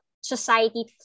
society